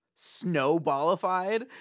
Snowballified